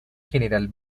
general